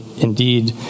indeed